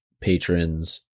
patrons